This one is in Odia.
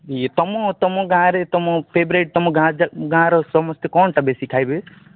ଇଏ ତୁମ ତୁମ ଗାଁରେ ତୁମ ଫେବେରାଇଟ୍ ତୁମ ଗାଁରେ ଯା ଗାଁର ସମସ୍ତେ କଣଟା ବେଶୀ ଖାଇବେ